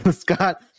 Scott